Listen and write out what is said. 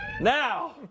Now